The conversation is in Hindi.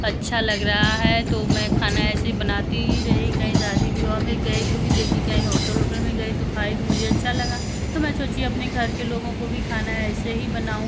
अच्छा लग रहा है तो मैं खाना ऐसे ही बनाती रही कहीं शादी विवाह गई तो भी देखी कहीं होटल ओटल में गई तो खाई तो मुझे अच्छा लगा तो मैं सोची अपने घर के लोगों को भी खाना ऐसे ही बनाऊँ